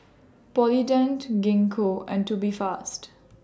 Polident Gingko and Tubifast